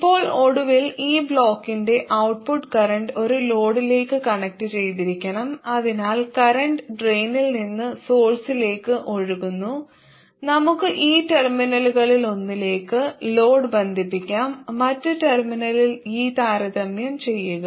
ഇപ്പോൾ ഒടുവിൽ ഈ ബ്ലോക്കിന്റെ ഔട്ട്പുട്ട് കറന്റ് ഒരു ലോഡിലേക്ക് കണക്റ്റുചെയ്തിരിക്കണം അതിനാൽ കറന്റ് ഡ്രെയിനിൽ നിന്ന് സോഴ്സിലേക്ക് ഒഴുകുന്നു നമുക്ക് ഈ ടെർമിനലുകളിലൊന്നിലേക്ക് ലോഡ് ബന്ധിപ്പിക്കാം മറ്റ് ടെർമിനലിൽ ഈ താരതമ്യം ചെയ്യുക